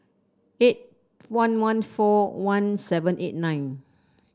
eight one one four one seven eight nine